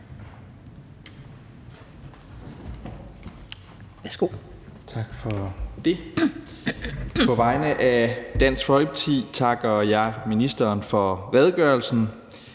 (DF): Tak for det. På vegne af Dansk Folkeparti takker jeg ministeren for redegørelsen.